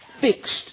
fixed